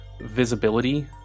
visibility